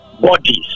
bodies